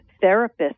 therapist